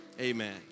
Amen